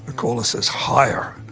ah caller says, higher!